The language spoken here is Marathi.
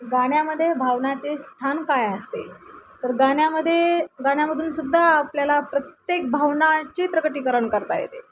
गाण्यामध्ये भावनाचे स्थान काय असते तर गाण्यामध्ये गाण्यामधून सुद्धा आपल्याला प्रत्येक भावनाची प्रकटीकरण करता येते